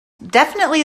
definitely